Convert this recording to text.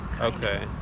okay